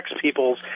people's